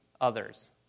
others